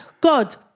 God